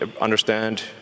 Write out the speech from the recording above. understand